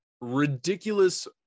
ridiculous